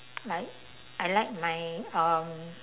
like I like my um